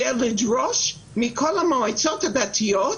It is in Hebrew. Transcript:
זה לדרוש מכל המועצות הדתיות,